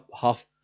half